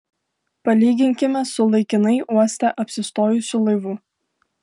palyginkime su laikinai uoste apsistojusiu laivu